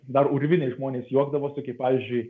dar urviniai žmonės juokdavosi kai pavyzdžiui